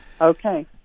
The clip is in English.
Okay